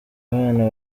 abana